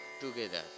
together